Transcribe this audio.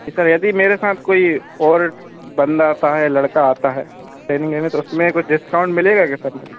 sir यदि मेरे साथ कोई और बंदा आता है लड़का आता है ट्रेनिंग लेने तो उसमें कुछ डिस्काउंट मिलेगा क्या सर मुझे